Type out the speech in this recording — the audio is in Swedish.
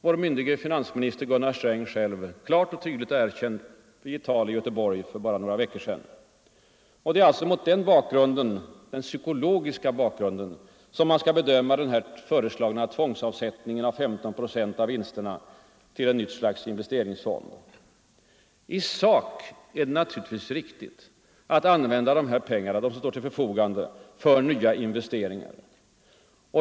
Vår myndige finansminister Gunnar Sträng har själv klart och tydligt erkänt detta i ett tal i Göteborg för bara några veckor sedan. Det är mot den psykologiska bakgrunden man skall bedöma den föreslagna tvångsavsättningen av 15 procent av vinsterna till ett nytt slags investeringsfond. I sak är det naturligtvis riktigt att använda tillgängliga pengar för nya investeringar.